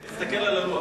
תסתכל על הלוח.